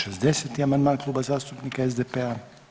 60. amandman Kluba zastupnika SDP-a.